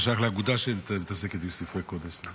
פורסם שאתה שייך לאגודה שמתעסקת עם ספרי קודש.